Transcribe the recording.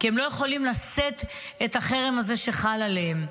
כי הם לא יכולים לשאת את החרם הזה שחל עליהם.